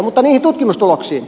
mutta niihin tutkimustuloksiin